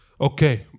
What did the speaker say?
Okay